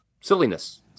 silliness